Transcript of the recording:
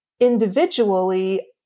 individually